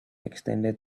extended